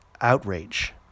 outrage